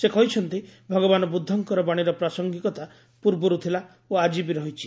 ସେ କହିଛନ୍ତି ଭଗବାନ ବୃଦ୍ଧଙ୍କର ବାଣୀର ପ୍ରାସଙ୍ଗିକତା ପୂର୍ବରୁ ଥିଲା ଓ ଆଜି ବି ରହିଛି